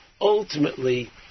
ultimately